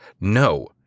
No